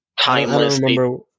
Timeless